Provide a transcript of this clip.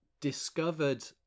discovered